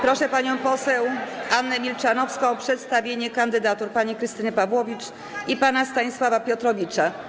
Proszę panią poseł Annę Milczanowską o przedstawienie kandydatur pani Krystyny Pawłowicz i pana Stanisława Piotrowicza.